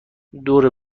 دور